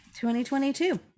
2022